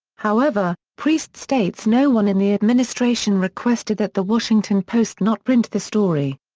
however, priest states no one in the administration requested that the washington post not print the story.